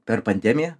per pandemiją